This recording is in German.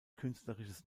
künstlerisches